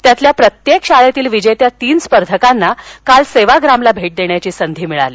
त्यातील प्रत्येक शाळेतील विजेत्या तीन स्पर्धकांना काल सेवाग्रामला भेट देण्याची संधी मिळाली